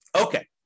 Okay